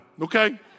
okay